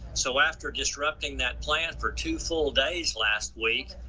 so after disrupting that plant for two full days last week,